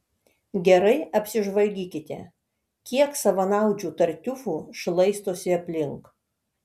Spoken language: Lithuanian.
gerai apsižvalgykite kiek savanaudžių tartiufų šlaistosi aplink